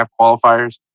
qualifiers